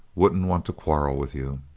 wouldn't want to quarrel with you!